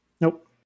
Nope